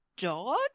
dog